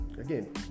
again